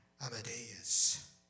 Amadeus